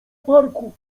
parku